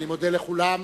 אני מודה לכולם.